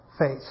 faith